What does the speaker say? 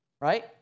right